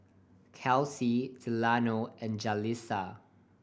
Kelsi Delano and Jalisa